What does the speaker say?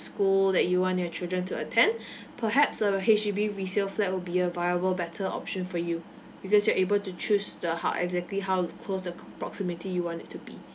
school that you want your children to attend perhaps a H_D_B resale flat will be a viable better option for you because you're able to choose the how exactly how close the proximity you want it to be